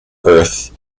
earth